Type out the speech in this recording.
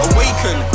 Awaken